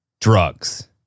Drugs